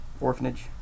orphanage